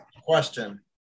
Question